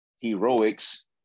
heroics